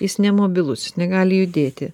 jis nemobilus jis negali judėti